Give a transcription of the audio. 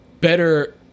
better